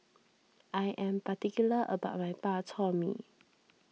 I am particular about my Bak Chor Mee